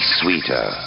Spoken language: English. sweeter